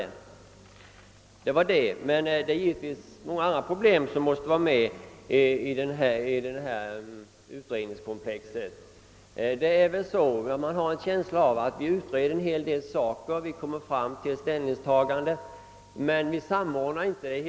Det är givetvis många andra problem som måste vara med i utredningen. Man har en känsla av att vi utreder vissa frågor och kommer fram till ställningstaganden, men vi saknar samordning.